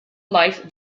life